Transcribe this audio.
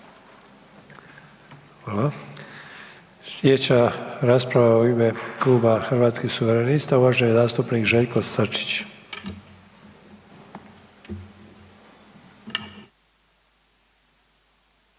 Hvala. Slijedeća rasprava u ime Kluba zastupnika Hrvatskih suverenista, uvaženi zastupnik Željko Sačić.